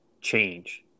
change